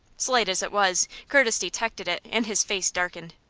slight as it was, curtis detected it, and his face darkened.